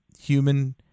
human